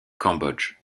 cambodge